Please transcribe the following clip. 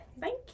Thank